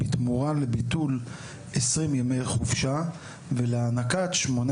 בתמורה לביטול 20 ימי החופשה ולהענקת שמונה